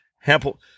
Hempel